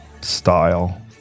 style